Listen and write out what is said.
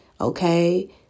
okay